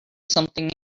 something